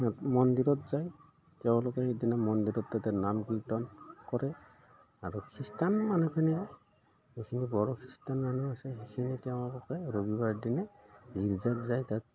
মন্দিৰত যায় তেওঁলোকে সেইদিনা মন্দিৰত তাতে নাম কীৰ্তন কৰে আৰু খ্ৰীষ্টান মানুহখিনিয়ে যিখিনি বড়ো খ্ৰীষ্টান মানুহ আছে সেইখিনিয়ে তেওঁলোকে ৰবিবাৰ দিনা গীৰ্জাত যায় তাত